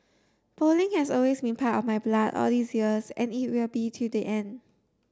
bowling has always been part of my blood all these years and it will be till the end